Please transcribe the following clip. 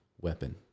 weapon